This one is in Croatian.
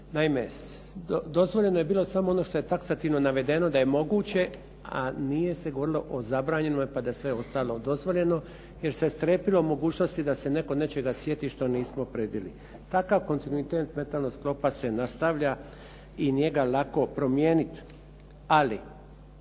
Naime, dozvoljeno je bilo samo ono što je taksativno navedeno da je moguće, a nije se govorilo o zabranjenome pa da je sve ostalo dozvoljeno jer se strepilo o mogućnosti da se netko nečega sjeti što nismo predvidjeli. Takav kontinuitet mentalnog sklopa se nastavlja i nije ga lako promijeniti, ali